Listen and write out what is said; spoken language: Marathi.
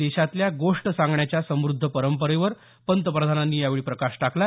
देशातल्या गोष्ट सांगण्याच्या समृद्ध परंपरेवर पंतप्रधानांनी यावेळी प्रकाश टाकला